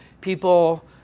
people